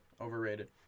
Overrated